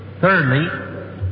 Thirdly